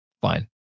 Fine